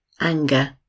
anger